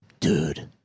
Dude